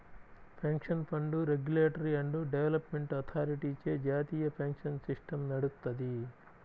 pension fund regulatory and development అథారిటీచే జాతీయ pension system నడుత్తది